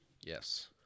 Yes